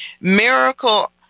Miracle